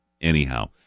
anyhow